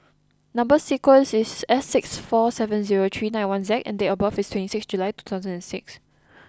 number sequence is S six four seven zero three nine one Z and date of birth is twenty six July two thousand and six